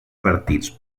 partits